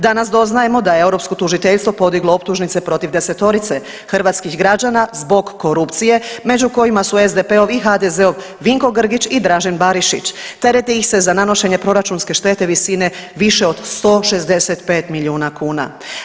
Danas doznajemo da je europsko tužiteljstvo podiglo optužnice protiv desetorice hrvatskih građana zbog korupcije među kojima su i SDP-ov i HDZ-ov Vinko Grgić i Dražen Barišić, tereti ih se za nanošenje proračunske štete visine više od 165 milijuna kuna.